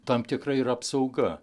tam tikra ir apsauga